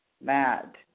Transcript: mad